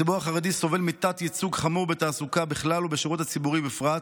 הציבור החרדי סובל מתת-ייצוג חמור בתעסוקה בכלל ובשירות הציבורי בפרט,